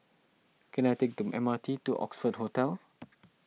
can I take the M R T to Oxford Hotel